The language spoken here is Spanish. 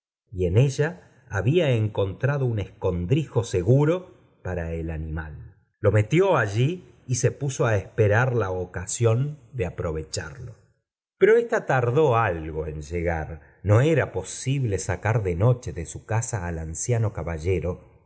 y en ella ihabía encontrado un escondrijo seguro para el animal lo metió allí y se puso á esperar la ocasión de aprovecharlo pero ésta tardó algo en llegar no era posible sacar de noche de su cusa al anciano caballero